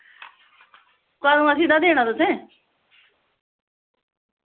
देना तुसें